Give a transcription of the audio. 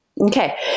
Okay